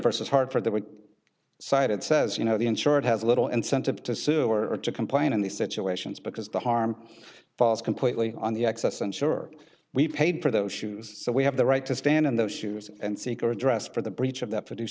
versus hartford they were cited says you know the insured has little incentive to sue or to complain in these situations because the harm falls completely on the excess and sure we paid for those shoes so we have the right to stand in those shoes and seek or dress for the breach of the produce